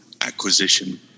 acquisition